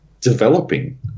developing